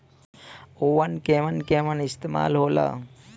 उव केमन केमन इस्तेमाल हो ला?